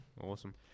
Awesome